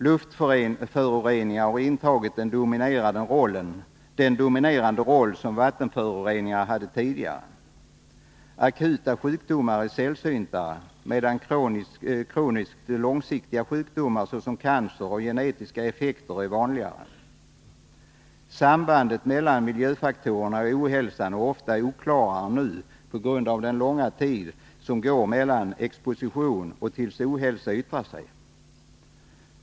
Luftföroreningar har intagit den dominerande roll som vattenföroreningar hade tidigare. Akuta sjukdomar är sällsyntare, medan kroniska, långsiktiga sjukdomar som cancer och genetiska effekter är vanligare. Sambandet mellan miljöfaktorerna och ohälsan är ofta oklarare nu på grund av den långa tid som går från exposition tills ohälsa yttrar sig.